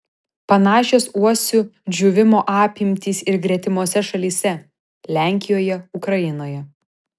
panašios uosių džiūvimo apimtys ir gretimose šalyse lenkijoje ukrainoje